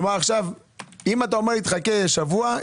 אם אתה אומר חכה שבוע,